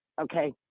Okay